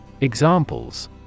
Examples